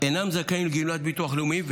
אינם זכאים לגמלת ביטוח לאומי,